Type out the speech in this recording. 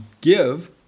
give